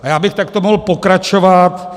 A já bych takto mohl pokračovat.